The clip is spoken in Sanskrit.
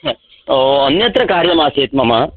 अ ओ अन्यत्र कार्यमासीत् मम